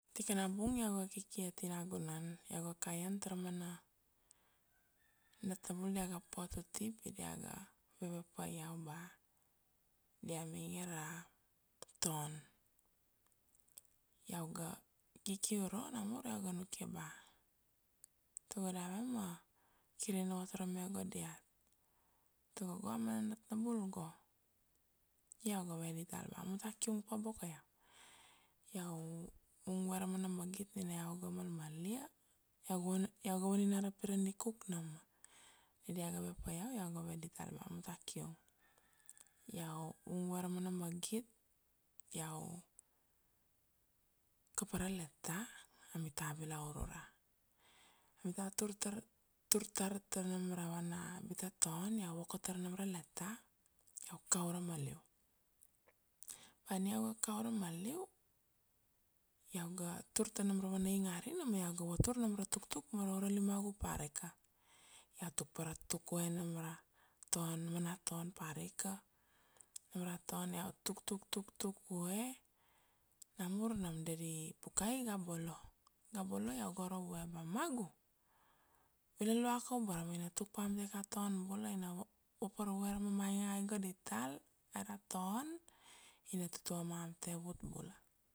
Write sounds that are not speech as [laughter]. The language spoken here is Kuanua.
Tikana bung iau ga kiki ati nagunan, iau ga kaian tara mana nat na bul dia ga pot uti pi dia ga veve pa iau ba dia mainge ra ton, iau ga kiki uro namur iau ga nukia ba tago dave ma kir ina vatorome go diat, tago go a mana nat na bul go. Iau ga ve dital ba amuta kiung pa boko iau, iau vung vue ra mana magit nina iau ga malmalia, [hesitation] iau ga vaninara pira nikuk nam, nia dia ga ve pa iau, iau ga ve dital, ba amuta kiung. Iau vung vue ra mana magit, iau kapa ra leta, amita vilaur ura, amita tur tara, tur tar ta nam ra vana bita ton, iau voka tar nam ra leta, iau kau urama liu. Ba ania iau ga kau urama liu, iau ga tur ta nam ra vana ingarina ma iau ga vatur nam ra tuktuk ma ra ura limagu parika, iau tuk pa ra tukue nam ra ton mana ton parika, nam ra ton iau tuktuktukue, namur nam daddy Pukai iga bolo, iga bolo, iau ga oro vue, ba magu! vila lua ka uboro ma ina tuk pa am ta ika ton bula, ina va-vapar vue ra mamainge ai go dital aira ton, ina tutua ma am ta evut bula.